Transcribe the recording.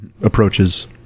Approaches